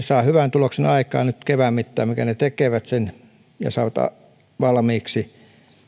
saa hyvän tuloksen aikaan nyt kevään mittaan siinä mitä ne tekevät ja saavat valmiiksi